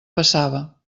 passava